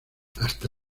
hasta